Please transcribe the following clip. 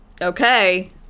Okay